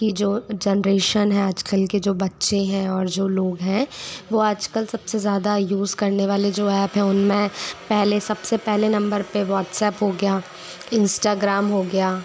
की जो जनरेशन है आजकल के जो बच्चे हैं और जो लोग हैं वो आजकल सबसे ज़्यादा यूज़ करने वाले जो ऐप्प हैं उनमें पहले सबसे पहले नंबर पे व्हाट्सऐप्प हो गया इन्स्टाग्राम हो गया